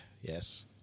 Yes